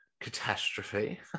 catastrophe